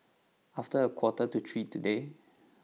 after a quarter to three today